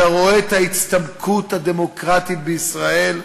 אתה רואה את ההצטמקות הדמוקרטית בישראל,